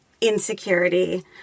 insecurity